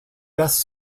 best